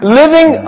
living